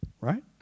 Right